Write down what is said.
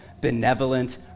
benevolent